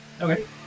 Okay